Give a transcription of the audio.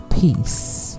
Peace